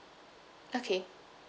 okay